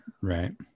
right